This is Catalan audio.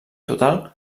total